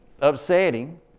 upsetting